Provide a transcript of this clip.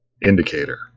indicator